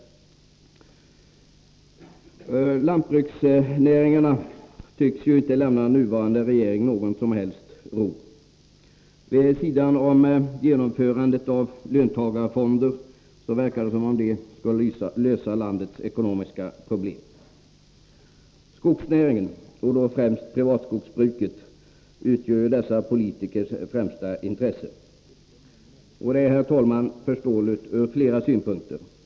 Lantbruksnäringarna tycks inte lämna den nuvarande regeringen någon som helst ro. Det verkar som om de, vid sidan om genomförandet av löntagarfonder, skall lösa landets ekonomiska problem. Skogsnäringen, och i synnerhet privatskogsbruket, utgör tydligen dessa politikers främsta intresse. Det är förståeligt från flera synpunkter.